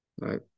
Right